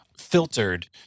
filtered